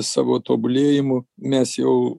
savo tobulėjimu mes jau